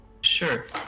Sure